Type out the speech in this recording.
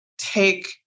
take